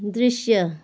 दृश्य